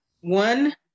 One